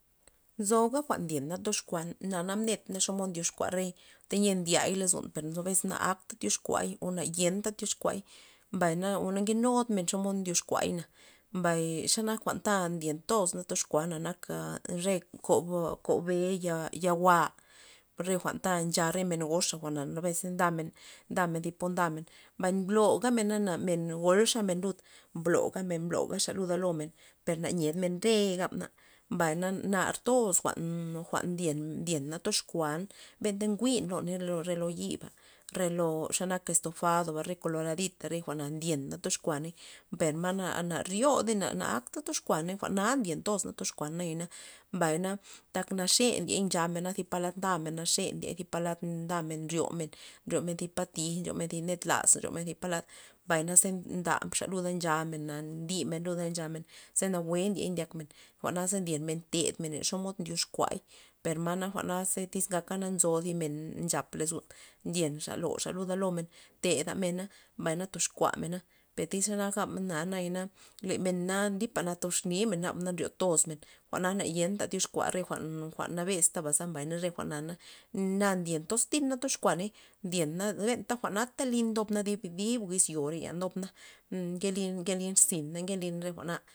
Nzoga jwa'n ndyena toxkuan na nam mnetna xomod ndyoxkua re ta ya ndiay lozon per nzo bes na akta tyoxkuay o na yentey tyoxkuay, mbay na ona nke nudmen xomod ndyoxkuayna, mbay xe nak jwa'n ta ndyentozna toxkuan nak a re kob- kob be' ya- ya gua' re jwa'nta ncha re men goxa jwa'na nabez ndamen ndamen thi po ndamen mbay bloga menana men golxa nloga men lud nbloga men mblogaxa lud lo men per na yied men rey gabna na mbay na nar toz jwan'-jwa'n ndyena ndyena toxkuan mbenta jwi'n loney re lo yiba' re lo xa nak estofado re koloradit re jwa'na ndyena na toxkuaney per ma na- na ryodey na akta toxkuaney jwa'na ndyen tozna tyoxkuan nayana, mbay tak naxe ndyen nchamena zipta palad ndamen xe palad ndamen nryomen- nryomen thi pa tij nryo men zi ned laza ryomen palad mbay na ze ndaxa lud nchamena na ndymena luda nchamen ze nawue ndyen ndyakmen jwa'naza ndyenmen tedmen len xomod ndyoxkuay per ma na jwa'na ze tyz ngaka nzo zi men chap lozon ndyenxa loxey luda lomen tedamena, mbay na toxkuamena per iz na gabna nayana le men lipa na toxni men naba na nryo tozmen jwa'na na nayenta tyoxkua re jwa'n nabestaba mbay na re jwa'na na ndyen toztirna toxkuaney ndyena benta jwa'na lin ndobna dib wiz yore ndobna nke- nkelin zyna nkelin re jwa'na.